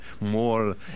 more